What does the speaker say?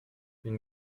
une